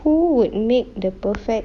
who would make the perfect